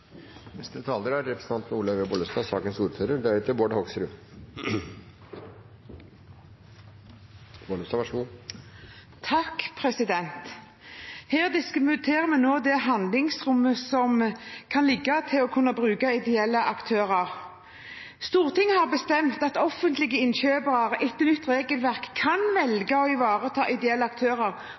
Her diskuterer vi nå det handlingsrommet som kan foreligge for å kunne bruke ideelle aktører. Stortinget har bestemt at offentlige innkjøpere etter nytt regelverk kan velge å ivareta ideelle aktører